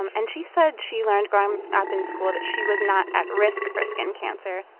um and she said she learned growing up in school that she was not at risk for skin cancer.